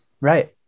right